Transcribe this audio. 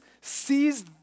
sees